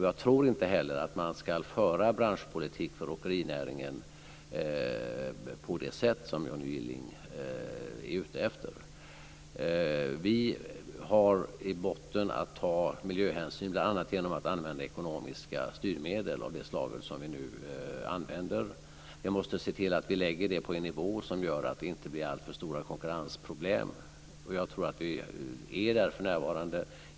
Jag tror inte heller att man ska föra branschpolitik för åkerinäringen på det sätt som Johnny Gylling är ute efter. Vi har i botten att ta miljöhänsyn bl.a. genom att använda ekonomiska styrmedel av det slag vi nu använder. Vi måste se till att vi lägger det på en nivå som gör att det inte blir alltför stora konkurrensproblem. Jag tror att vi är där för närvarande.